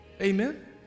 Amen